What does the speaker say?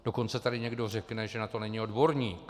Dokonce tady někdo řekne, že na to není odborník.